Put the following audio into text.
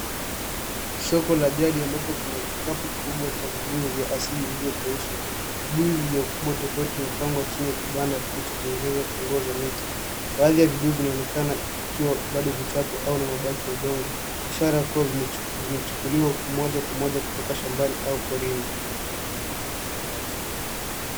Soko la jadi ambapo kuna kikapu kikubwa cha vibuyu vya asili vilivyokaushwa vibuyu vya ukubwa tofauti vimepangwa chini ya kibanda kilichotengenezwa kwa nguo za miti baadhi ya vibuyu vinaonekana vikiwa bado vichafu au na ubaki wa udongo ishara kuwa vimechukuliwa moja kwa moja kutoka shambani au porini